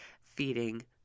feeding